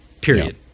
Period